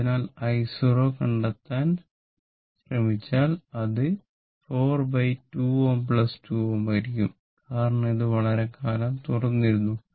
അതിനാൽ നിങ്ങൾ i0 കണ്ടെത്താൻ ശ്രമിച്ചാൽ അത് 4 2Ω 2 Ω ആയിരിക്കും കാരണം ഇത് വളരെക്കാലം തുറന്നിരുന്നു